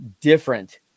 different